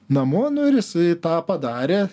namo nu ir jis tą padarė